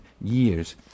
years